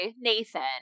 Nathan